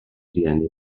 rieni